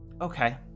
okay